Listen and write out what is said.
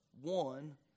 one